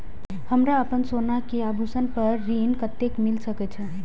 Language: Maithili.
हमरा अपन सोना के आभूषण पर ऋण कते मिल सके छे?